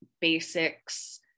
basics